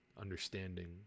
understanding